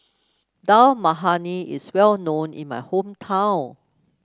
Dal Makhani is well known in my hometown